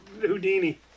Houdini